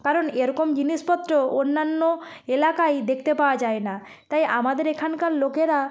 কারণ এরকম জিনিসপত্র অন্যান্য এলাকায় দেখতে পাওয়া যায় না তাই আমাদের এখানকার লোকেরা